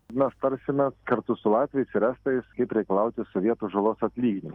mes tarsimės kartu su latviais ir estais kaip reikalauti sovietų žalos atlyginimo